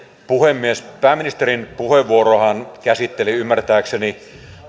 puhemies pääministerin puheenvuorohan käsitteli ymmärtääkseni